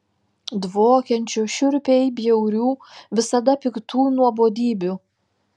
dvokiančių šiurpiai bjaurių visada piktų nuobodybių